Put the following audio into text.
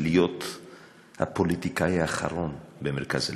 להיות הפוליטיקאי האחרון במרכז הליכוד.